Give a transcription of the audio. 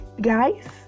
guys